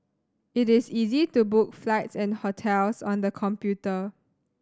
it is easy to book flights and hotels on the computer